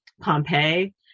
Pompeii